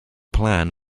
plan